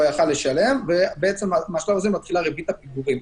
יכול היה לשלם ומשלב זה מתחילה ריבית הפיגורים.